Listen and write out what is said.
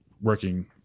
working